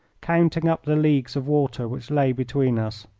counting up the leagues of water which lay between us.